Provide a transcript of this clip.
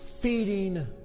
feeding